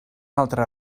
altra